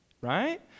right